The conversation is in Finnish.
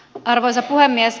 arvoisa puhemies